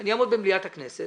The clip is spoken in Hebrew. אני אעמוד במליאת הכנסת